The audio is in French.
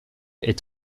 est